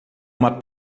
uma